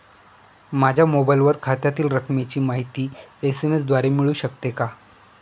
माझ्या मोबाईलवर खात्यातील रकमेची माहिती एस.एम.एस द्वारे मिळू शकते का?